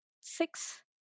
six